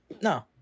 no